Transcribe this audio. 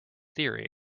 theory